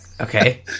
okay